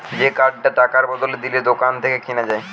যে কার্ডটা টাকার বদলে দিলে দোকান থেকে কিনা যায়